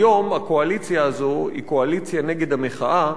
היום הקואליציה הזו היא קואליציה נגד המחאה,